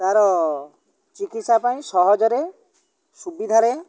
ତା'ର ଚିକିତ୍ସା ପାଇଁ ସହଜରେ ସୁବିଧାରେ